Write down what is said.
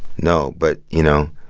no. but, you know,